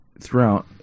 throughout